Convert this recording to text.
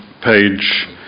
page